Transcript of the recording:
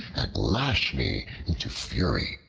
lash me into fury.